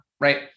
right